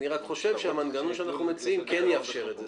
אני רק חושב שהמנגנון שאנחנו מציעים כן יאפשר את זה.